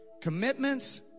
Commitments